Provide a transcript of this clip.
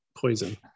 poison